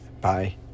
Bye